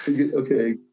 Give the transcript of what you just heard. Okay